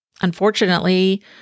Unfortunately